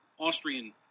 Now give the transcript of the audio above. Austrian